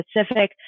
specific